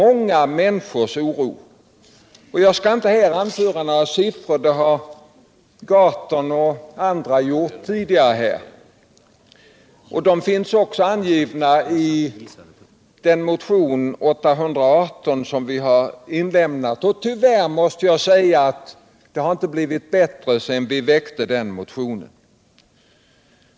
Jag skall inte anföra några siffror — det har Per Gahrton och andra gjort tidigare — och de finns också återgivna i motionen 818 som vi har väckt. Tyvärr måste jag säga att de inte har blivit bättre sedan vi väckte den motionen.